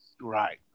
Right